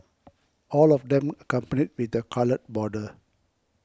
all of them accompanied with a coloured border